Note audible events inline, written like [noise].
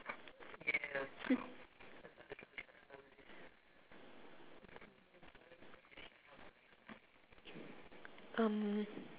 [laughs] um